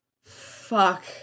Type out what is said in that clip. Fuck